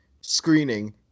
screening